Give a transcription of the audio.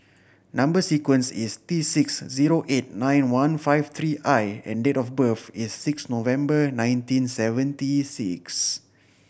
number sequence is T six zero eight nine one five three I and date of birth is six November nineteen seventy six